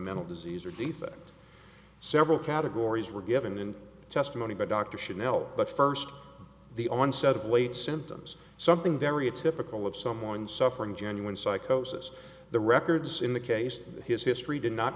mental disease or defect several categories were given in testimony by dr chanelle but first the onset of late symptoms something very a typical of someone suffering genuine psychosis the records in the case his history did not